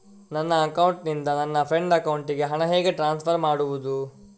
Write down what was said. ನನ್ನ ಅಕೌಂಟಿನಿಂದ ನನ್ನ ಫ್ರೆಂಡ್ ಅಕೌಂಟಿಗೆ ಹಣ ಹೇಗೆ ಟ್ರಾನ್ಸ್ಫರ್ ಮಾಡುವುದು?